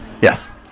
Yes